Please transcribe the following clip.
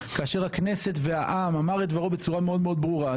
כאשר הכנסת והעם אמר את דברו בצורה מאוד מאוד ברורה.